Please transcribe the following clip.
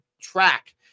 track